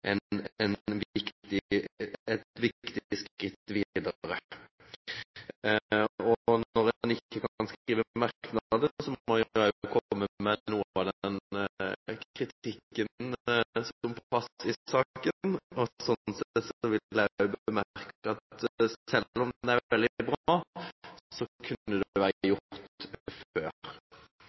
et viktig skritt videre. Når en ikke kan skrive merknader, må en kunne komme med noe kritikk i saken, og også jeg vil bemerke at selv om dette er veldig bra, kunne det vært gjort før.